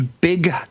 big